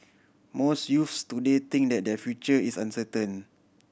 most youths today think that their future is uncertain